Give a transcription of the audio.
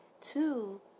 two